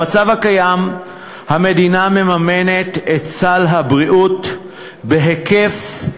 במצב הקיים המדינה מממנת את סל הבריאות בהיקף,